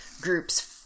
groups